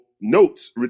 notes